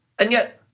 and yet,